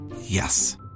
Yes